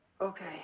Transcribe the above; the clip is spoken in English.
Okay